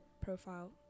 profile